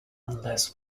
unless